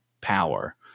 Power